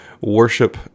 Worship